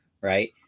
Right